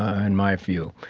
um in my field.